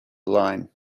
line